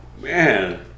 Man